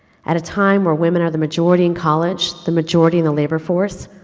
at a time where women are the majority in college, the majority in the labor force,